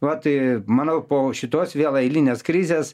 va tai manau po šitos vėl eilinės krizės